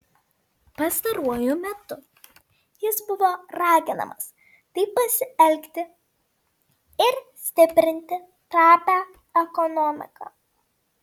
pastaruoju metu jis buvo raginamas taip pasielgti ir stiprinti trapią ekonomiką